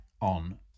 on